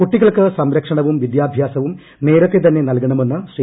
കൂട്ടികൾക്ക് സംരക്ഷണവും വിദ്യാഭ്യാസവും നേരത്തേ തന്നെ നൽകണമെന്ന് ശ്രീ